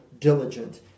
diligent